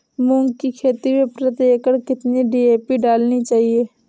मूंग की खेती में प्रति एकड़ कितनी डी.ए.पी डालनी चाहिए?